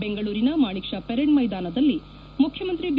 ಬೆಂಗಳೂರಿನ Manekshaw parade ಮೈದಾನದಲ್ಲಿ ಮುಖ್ಯಮಂತ್ರಿ ಬಿ